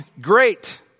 great